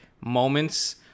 moments